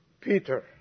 Peter